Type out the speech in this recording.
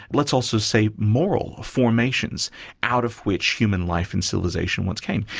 let's also say moral formations out of which human life and civilisation once came.